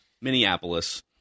Minneapolis